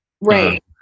Right